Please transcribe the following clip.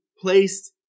placed